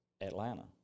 Atlanta